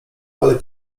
ale